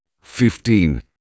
fifteen